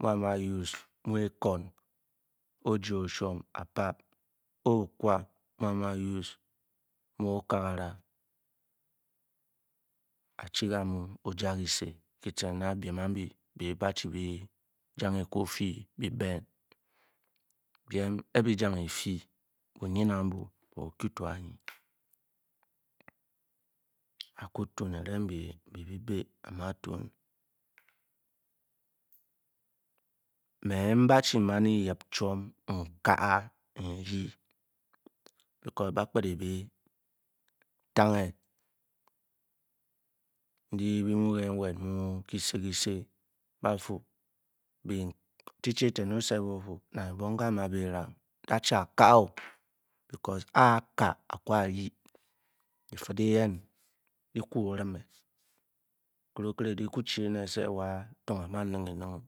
E-okwa mu ekwon o’jie, oshwem a’ pap, e okwa mu a ma use mu okagara a-chi ka’mu oja kyise kyi ce’u ma biem a’bi be ba-mi bi jang efi byiben e-bi jang eti bu’nyn abu booku anyi a’ku tun kirang woji-byi bi a’ma tun me nbe chi man e-yip chwom nkaa because ba’kpet be e-tange ndyi bi mu ke nwet mu kyise-kyise teacher eten o-cet be o’fu nang ebong ke’ a ma eram daa-chi akaa-o keua aa kaa a ku aryi dijid eyen di-uu- o-ringe okere-okere di ku-o echi wa tung a’ma nih-enin.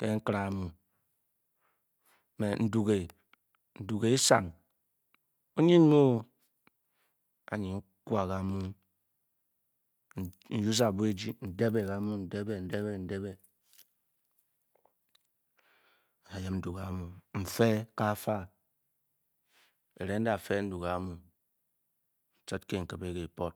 Ké nkere amu, mẽ nduge, nduge esang onyn me o. anyi nkwa ka’mu nyip a bwo uji mdebe kamii, n’yip nfe kafa kii pot ncet ke nkyibe.